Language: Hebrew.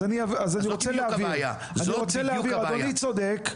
אדוני צודק,